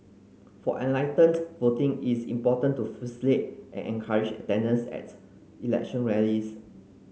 for enlightened voting is important to facilitate and encourage attendance at election rallies